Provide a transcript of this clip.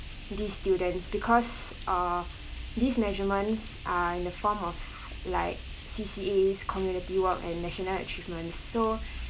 these students because ah these measurements are in the form of like C_C_A community work and national achievements so